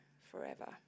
forever